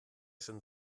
schon